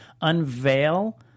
unveil